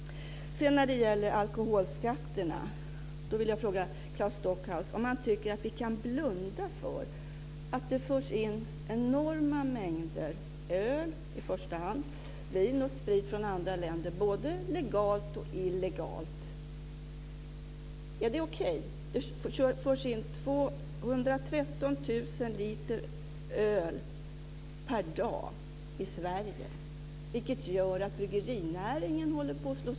Claes Stockhaus om han tycker att vi kan blunda för att det förs in enorma mängder öl i första hand, vin och sprit från andra länder både legalt och illegalt. Är det okej? Det förs in 213 000 liter öl per dag i Sverige, vilket gör att bryggerinäringen håller på att slås ut.